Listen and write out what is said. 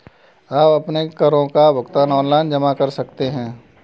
आप अपने करों का भुगतान ऑनलाइन जमा कर सकते हैं